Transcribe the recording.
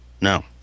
No